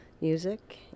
music